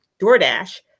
DoorDash